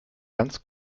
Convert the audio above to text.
ganz